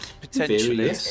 Potentially